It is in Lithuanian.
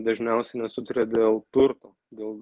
dažniausiai nesutaria dėl turto dėl